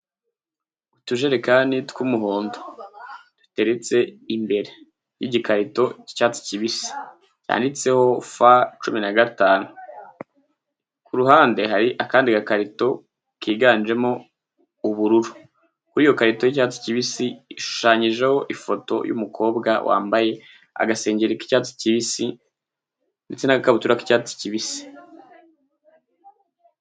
Utujerekani tw'umuhondo. duteretse imbere y'igikarito cy'icyatsi kibisi cyanditseho f cumi na gatanu. Ku ruhande hari akandi gakarito kiganjemo ubururu. Kuri iyo karito y'icyatsi kibisi ishushanyijeho ifoto y'umukobwa wambaye agasengeri k'icyatsi kibisi ndetse n'ikabutura y'icyatsi kibisi.